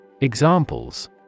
Examples